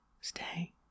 stay